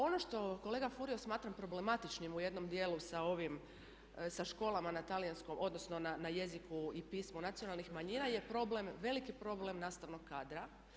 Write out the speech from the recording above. Ono što kolega Furio smatram problematičnim u jednom dijelu sa ovim, sa školama na talijanskom, odnosno na jeziku i pismu nacionalnih manjina je veliki problem nastavnog kadra.